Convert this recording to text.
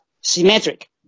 symmetric